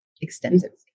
extensively